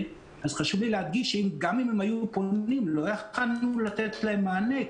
אז חשוב לי להדגיש שגם אם הם היו פונים לא יכולנו לתת להם מענה,